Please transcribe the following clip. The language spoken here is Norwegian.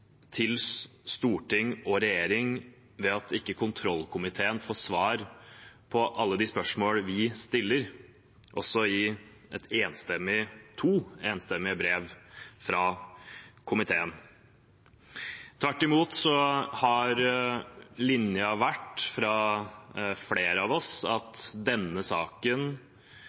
storting og regjering ved at kontrollkomiteen ikke får svar på alle de spørsmålene vi stiller, også i to enstemmige brev fra komiteen. Tvert imot har linja vært, fra flere av oss, at denne saken